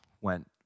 went